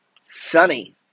sunny